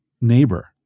neighbor